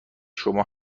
شما